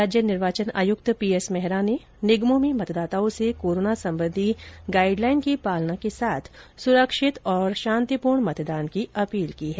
राज्य निर्वाचन आयुक्त पीएस मेहरा ने निगमों में मतदाताओं से कोरोना सम्बन्धी गाइडलाइन की पालना के साथ सुरक्षित और शांतिपूर्ण मतदान की अपील की है